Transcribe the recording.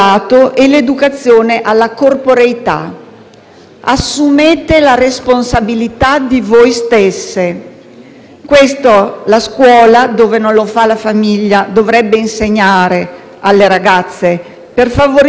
Assumete la responsabilità di voi stesse. Questo la scuola, dove non lo fa la famiglia, dovrebbe insegnare alle ragazze per favorire lo sviluppo di un autentico progetto di sé,